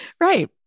Right